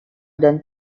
than